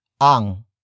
Ang